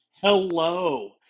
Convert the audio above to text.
Hello